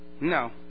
No